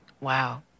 Wow